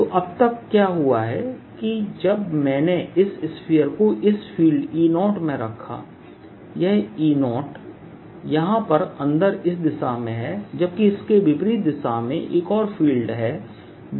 तो अब तक क्या हुआ है कि जब मैंने इस स्फीयर को इस फील्ड E0 में रखा यह E0यहां पर अंदर इस दिशा में है जबकि इसके विपरीत दिशा में एक और फील्ड है जो P30है